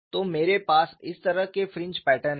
तो मेरे पास इस तरह के फ्रिंज पैटर्न हैं